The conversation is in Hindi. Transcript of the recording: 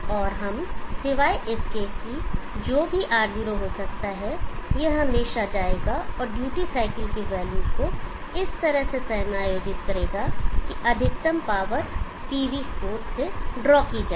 और हम सिवाय इसके कि जो भी R0 हो सकता है यह हमेशा जाएगा और ड्यूटी साइकिल की वैल्यू को इस तरह से समायोजित करेगा कि अधिकतम पावर पीवी स्रोत से ड्रा की जाए